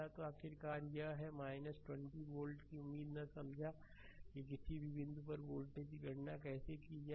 तो आखिरकार यह है 20 वोल्ट की उम्मीद ने समझा कि किसी भी बिंदु पर वोल्टेज की गणना कैसे की जाए